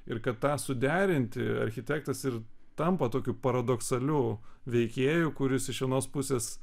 ir kad tą suderinti architektas ir tampa tokiu paradoksaliu veikėju kuris iš vienos pusės